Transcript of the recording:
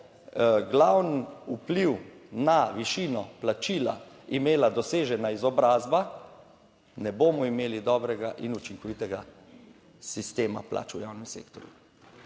glavni vpliv na višino plačila imela dosežena izobrazba, ne bomo imeli dobrega in učinkovitega sistema plač v javnem sektorju.